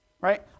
right